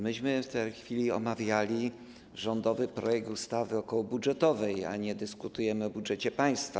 My w tej chwili omawiamy rządowy projekt ustawy okołobudżetowej, a nie dyskutujemy o budżecie państwa.